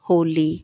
ਹੋਲੀ